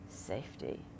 safety